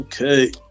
Okay